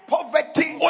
Poverty